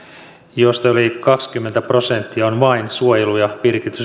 josta yli kaksikymmentä prosenttia on vain suojelu ja